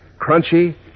crunchy